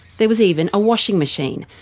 there was even a washing machine,